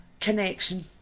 connection